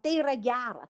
tai yra gera